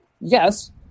Yes